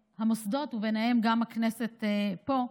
המוסדות, וביניהם גם הכנסת פה.